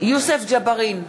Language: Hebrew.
יוסף ג'בארין,